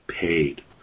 paid